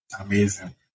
Amazing